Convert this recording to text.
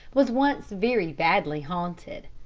was once very badly haunted.